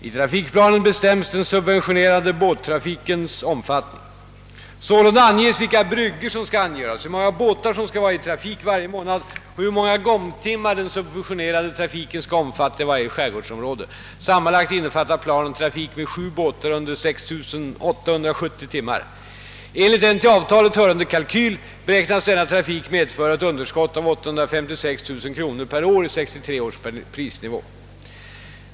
I trafikplanen bestäms den subventionerade båttrafikens omfattning. Sålunda anges vilka bryggor som skall angöras, hur många båtar som skall vara i trafik varje månad och hur många gångtimmar den subventionerade trafiken skall omfatta i varje skärgårdsområde. Sammanlagt innefattar planen trafik med sju båtar under 6 870 timmar. Enligt en till avtalet hörande kalkyl beräknas denna trafik medföra ett underskott av 856 000 kronor per år i 1963 års prisnivå.